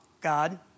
God